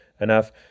enough